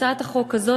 הצעת החוק הזאת,